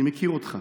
אני מכיר אותך,